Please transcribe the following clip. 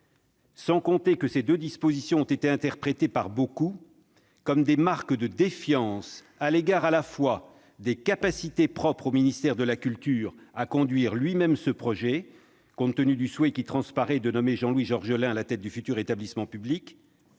Sans compter que ces deux dispositions ont été interprétées par beaucoup comme des marques de défiance à l'égard, à la fois, des capacités propres au ministère de la culture à conduire lui-même ce projet, compte tenu du souhait qui transparaît de nommer Jean-Louis Georgelin à la tête du futur établissement public,